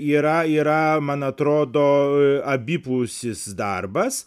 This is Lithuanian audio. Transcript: yra yra man atrodo abipusis darbas